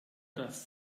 dass